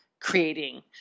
creating